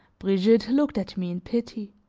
brigitte looked at me in pity.